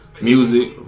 music